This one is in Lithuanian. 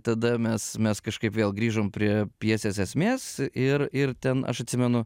tada mes mes kažkaip vėl grįžom prie pjesės esmės ir ir ten aš atsimenu